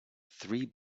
three